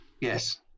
Yes